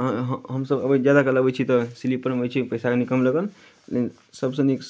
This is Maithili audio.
अहाँ अ हमसभ अबै ज्यादा काल अबै छी तऽ स्लीपरमे अबै छी पैसा कनि कम लागल लेकिन सभसँ नीक